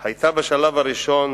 היה בשלב הראשון